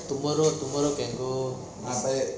tomorrow tomorrow can go